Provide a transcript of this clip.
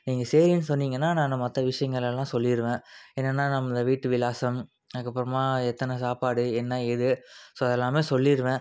நீங்கள் சரின்னு சொன்னிங்கன்னால் நான் மற்ற விஷயங்களெல்லாம் சொல்லிடுவேன் என்னனால் நம்ம வீட்டு விலாசம் அதுக்கப்புறமா எத்தனை சாப்பாடு என்ன ஏது ஸோ அதெல்லாமே சொல்லிடுவேன்